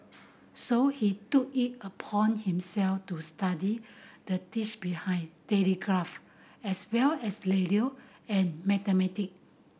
so he took it upon himself to study the tech behind telegraph as well as radio and mathematic